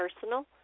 personal